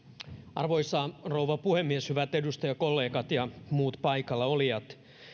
arvoisa rouva puhemies hyvät edustajakollegat ja muut paikallaolijat